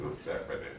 separate